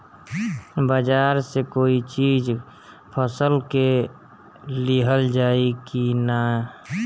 बाजार से कोई चीज फसल के लिहल जाई किना?